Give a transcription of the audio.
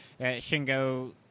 shingo